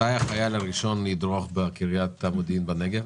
אוקיי ומתי החייל הראשון ידרוך בקריית המודיעין בנגב?